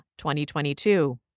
2022